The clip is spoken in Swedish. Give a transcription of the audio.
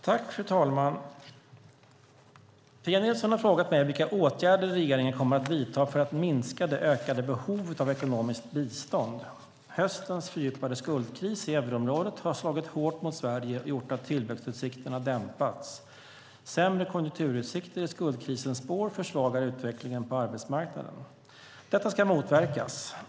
Fru talman! Pia Nilsson har frågat mig vilka åtgärder regeringen kommer att vidta för att minska det ökade behovet av ekonomiskt bistånd. Höstens fördjupade skuldkris i euroområdet har slagit hårt mot Sverige och gjort att tillväxtutsikterna dämpats. Sämre konjunkturutsikter i skuldkrisens spår försvagar utvecklingen på arbetsmarknaden. Detta ska motverkas.